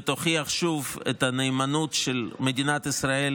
ותוכיח שוב את הנאמנות של מדינת ישראל